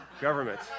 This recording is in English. Government